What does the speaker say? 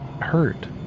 hurt